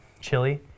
Chili